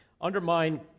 undermine